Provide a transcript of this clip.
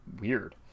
weird